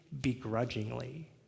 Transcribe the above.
begrudgingly